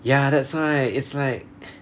ya that's why it's like